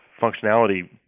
functionality